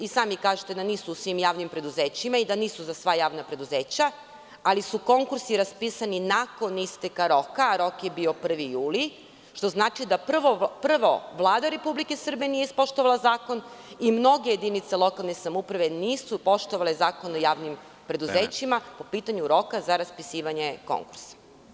I sami kažete da nisu u svim javnim preduzećima i da nisu za sva javna preduzeća, ali su konkursi raspisani nakon isteka roka, a rok je bio 1. jul, što znači da prvo Vlada Republike Srbije nije ispoštovala zakon i mnoge jedinice lokalne samouprave nisu poštovale Zakon o javnim preduzećima po pitanju roka za raspisivanje konkursa.